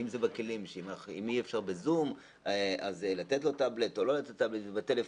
אם אי אפשר ב"זום", אז לתת לו טבלט, או טלפון.